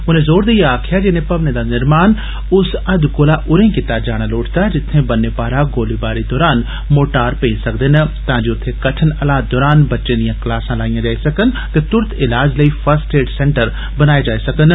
उनें जोर देईयें आक्खेआ जे इनें भवनें दा निर्माण उस हद कोला उरें कीता जाना लोड़चदा जित्थे ब'न्ने पारा गोलीबारी दरान मर्टार पेई सकदे न तां जे उत्थे कठन हालात दरान बच्चे दियां क्लासां लाईयां जाई सकन ते तुरत इलाज लेई फर्स्ट एड सेंटर बनाए जान